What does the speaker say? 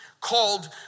Called